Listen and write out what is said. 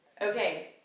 Okay